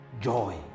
Joy